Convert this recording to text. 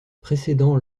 précédant